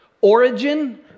Origin